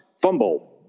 fumble